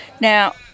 Now